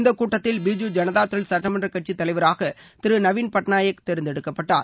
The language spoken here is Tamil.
இந்த கூட்டத்தில் பிஜு ஜனதாதள் சட்டமன்ற கட்சித் தலைவராக திரு நவீன் பட்நாயக் தேர்ந்தெடுக்கப்பட்டார்